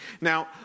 Now